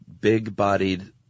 big-bodied